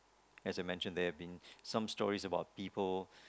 as I mentioned there have been some stories about people